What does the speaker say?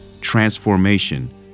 transformation